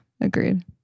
Agreed